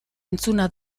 entzuna